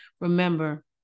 Remember